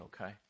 okay